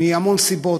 מהמון סיבות,